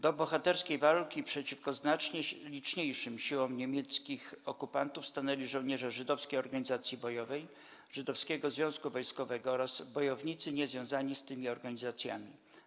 Do bohaterskiej walki przeciwko znacznie liczniejszym siłom niemieckich okupantów stanęli członkowie Żydowskiej Organizacji Bojowej, Żydowskiego Związku Wojskowego oraz bojownicy niezwiązani z tymi organizacjami.